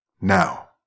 now